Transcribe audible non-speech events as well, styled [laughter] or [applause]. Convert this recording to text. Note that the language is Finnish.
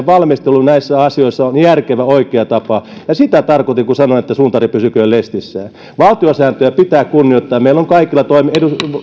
[unintelligible] valmistelu näissä asioissa on järkevä oikea tapa ja sitä tarkoitin kun sanoin että suutari pysyköön lestissään valtiosääntöä pitää kunnioittaa meillä on kaikilla valtiollisilla